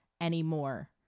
anymore